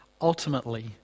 ultimately